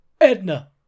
Edna